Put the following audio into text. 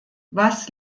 was